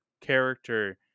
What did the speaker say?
character